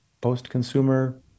post-consumer